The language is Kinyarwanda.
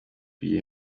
kugira